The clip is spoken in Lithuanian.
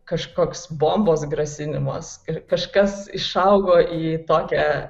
kažkoks bombos grasinimas ir kažkas išaugo į tokią